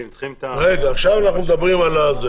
רגע, עכשיו אנחנו מדברים על זה.